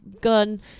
gun